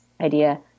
idea